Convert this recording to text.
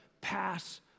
pass